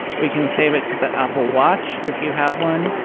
we can save it to the apple watch if you have one,